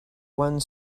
one